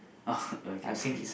oh okay okay